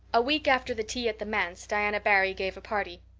a week after the tea at the manse diana barry gave a party.